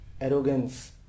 arrogance